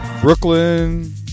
Brooklyn